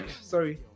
sorry